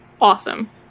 awesome